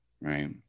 Right